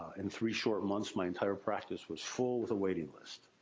in three short months my entire practice was full, with a waiting list.